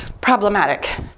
problematic